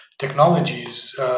technologies